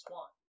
one